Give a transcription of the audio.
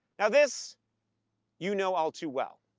now this you know all too well.